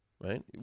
right